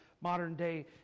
modern-day